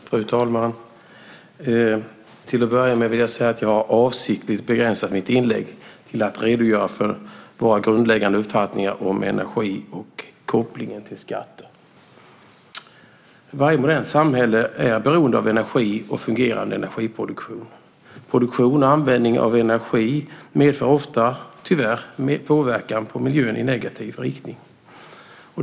Fru talman! Till att börja med vill jag säga att jag avsiktligt har begränsat mitt inlägg till att redogöra för våra grundläggande uppfattningar om energi och kopplingen till skatter. Varje modernt samhälle är beroende av energi och fungerande energiproduktion. Produktion och användning av energi medför ofta, tyvärr, påverkan på miljön i negativ riktning.